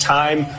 time